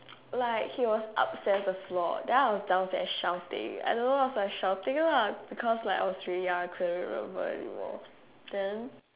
like he was upstairs the floor then I was downstairs shouting I don't know what was I shouting lah because like I was really then